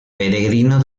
peregrino